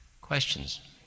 Questions